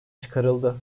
çıkarıldı